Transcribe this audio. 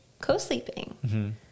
co-sleeping